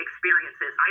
experiences